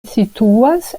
situas